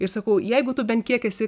ir sakau jeigu tu bent kiek esi